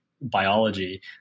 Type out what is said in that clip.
biology